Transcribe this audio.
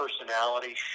personality